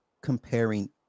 comparing